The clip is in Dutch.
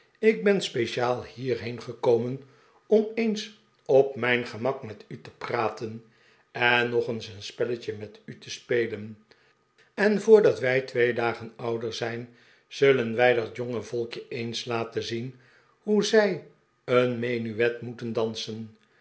ik ben speciaal hierheen gekomen om eehs op mijn gemak met u te praten en nog eens een spelletje met u te spelen en voordat wij twee dagen ouder zijn zullen wij dat jonge volkje eens laten zien hoe zij een menuet moeten dansen